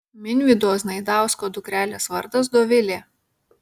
minvydo znaidausko dukrelės vardas dovilė